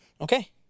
Okay